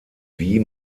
wie